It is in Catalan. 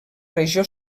regió